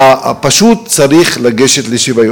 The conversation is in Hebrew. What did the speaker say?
צריך פשוט לגשת לשוויון.